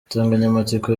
insanganyamatsiko